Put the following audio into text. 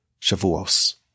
Shavuos